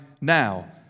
now